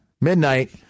midnight